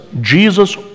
Jesus